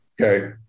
Okay